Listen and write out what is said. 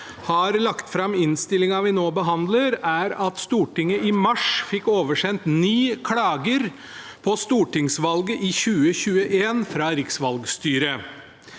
har lagt fram innstillingen vi nå behandler, er at Stortinget i mars fikk oversendt ni klager på stortingsvalget i 2021 fra riksvalgstyret.